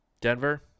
Denver